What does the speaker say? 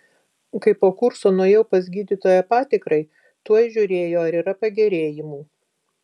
kai po kurso nuėjau pas gydytoją patikrai tuoj žiūrėjo ar yra pagerėjimų